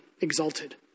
exalted